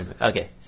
Okay